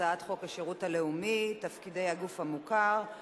הצעת חוק שירות לאומי (תפקידי הגוף המוכר),